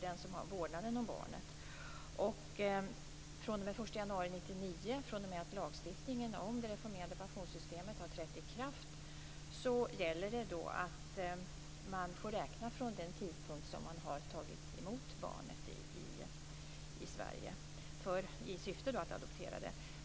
fr.o.m. den 1 januari 1999, från och med att lagstiftningen om det reformerade pensionssystemet har trätt i kraft, gäller att man får räkna från den tidpunkt då man tagit emot barnet i Sverige i syfte att adoptera det.